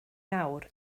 nawr